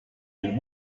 den